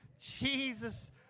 Jesus